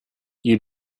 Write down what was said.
you